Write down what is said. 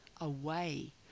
away